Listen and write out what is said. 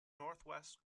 northwest